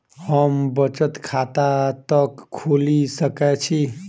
हम बचत खाता कतऽ खोलि सकै छी?